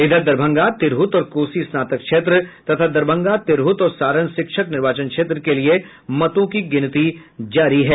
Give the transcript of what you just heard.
इधर दरभंगा तिरहुत और कोसी स्नातक क्षेत्र तथा दरभंग तिरहुत और सारण शिक्षक निर्वाचन क्षेत्र के लिये मतों की गिनती जारी है